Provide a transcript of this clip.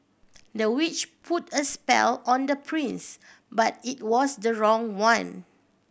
the witch put a spell on the prince but it was the wrong one